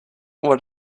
what